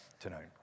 tonight